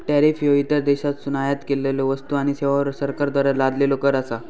tariff ह्यो इतर देशांतसून आयात केलेल्यो वस्तू आणि सेवांवर सरकारद्वारा लादलेलो कर असा